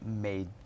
made